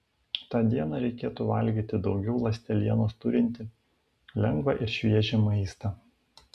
tą dieną reikėtų valgyti daugiau ląstelienos turintį lengvą ir šviežią maistą